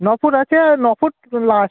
ন ফুট আছে ন ফুট লাস্ট